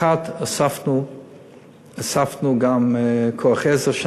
האחד, הוספנו כוח עזר.